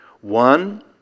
One